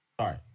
Sorry